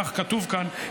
כך כתוב כאן,